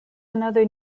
another